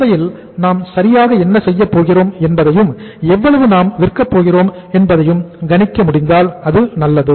சந்தையில் நாம் சரியாக என்ன செய்யப் போகிறோம் என்பதையும் எவ்வளவு நாம் விற்க போகிறோம் என்பதையும் கணிக்க முடிந்தால் அது நல்லது